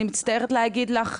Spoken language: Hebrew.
אני מצטערת להגיד לך.